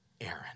Aaron